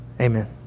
Amen